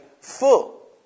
full